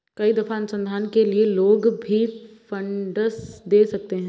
कई दफा अनुसंधान के लिए लोग भी फंडस दे सकते हैं